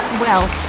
well,